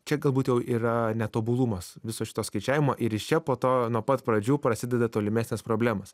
čia galbūt jau yra netobulumas viso šito skaičiavimo ir iš čia po to nuo pat pradžių prasideda tolimesnės problemos